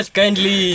kindly